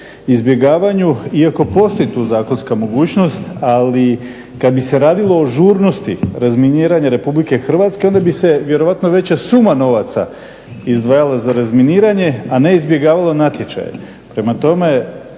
izbjegavanju iako postoji tu zakonska mogućnost. Ali kad bi se radilo o žurnosti razminiranja Republike Hrvatske onda bi se vjerojatno veća suma novaca izdvajala za razminiranje, a ne izbjegavalo natječaj. Prema tome,